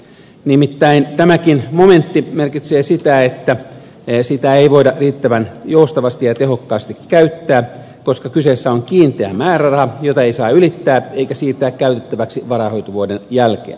nimittäin tämäkin momentti merkitsee sitä että sitä ei voida riittävän joustavasti ja tehokkaasti käyttää koska kyseessä on kiinteä määräraha jota ei saa ylittää eikä siirtää käytettäväksi varainhoitovuoden jälkeen